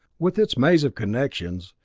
with its maze of connections,